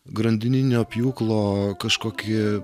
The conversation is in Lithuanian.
grandininio pjūklo kažkokį